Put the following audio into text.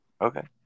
Okay